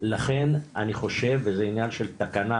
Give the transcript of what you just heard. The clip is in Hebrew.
לכן אני חושב וזה עניין של תקנה,